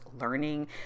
learning